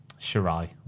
Shirai